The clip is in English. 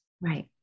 Right